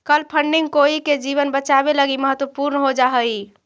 कल फंडिंग कोई के जीवन बचावे लगी महत्वपूर्ण हो जा हई